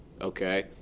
okay